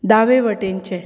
दावे वटेनचें